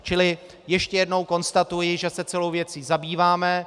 Čili ještě jednou konstatuji, že se celou věcí zabýváme.